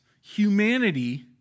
humanity